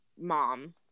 mom